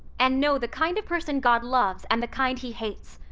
and know the kind of person god loves and the kind he hates,